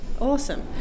Awesome